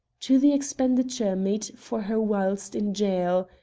to the expenditure made for her whilst in jail.